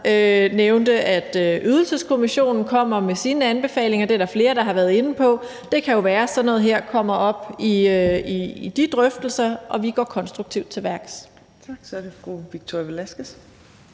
nævnte, at Ydelseskommissionen kommer med sine anbefalinger – det er der flere, der har været inde på – og det kan jo være, at sådan noget som det her kommer op i de drøftelser, og vi går konstruktivt til værks. Kl. 15:55 Fjerde næstformand